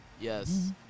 Yes